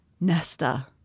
Nesta